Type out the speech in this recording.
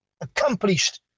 accomplished